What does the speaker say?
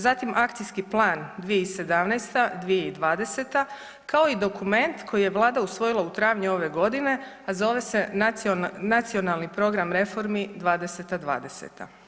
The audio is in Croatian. Zatim Akcijski plan 2017.-2020. kao i dokument koji je Vlada usvojila u travnju ove godine, a zove se Nacionalni program reformi 20.-20.